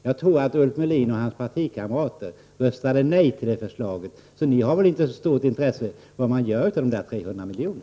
Jag tror att Ulf Melin och hans partikamrater röstade nej till förslaget, så ni har väl inte så stort intresse av att veta vad man gör med dessa 300 miljoner.